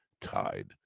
tied